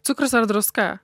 cukrus ar druska